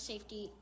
Safety